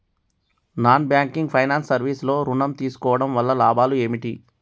Non banking finance service లో ఋణం తీసుకోవడం వల్ల లాభాలు ఏమిటి?